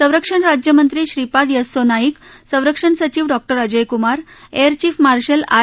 संरक्षण राज्यमंत्री श्रीपाद यस्सो नाईक संरक्षण सचिव Dr Ajay Kumar air chief marshal R